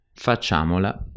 facciamola